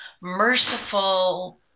merciful